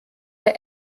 der